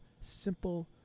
simple